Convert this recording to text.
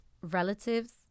relatives